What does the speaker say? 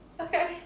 Okay